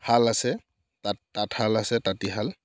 শাল আছে তাঁত তাঁতশাল আছে তাঁতীশাল